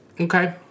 Okay